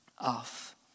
off